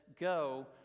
Go